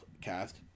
cast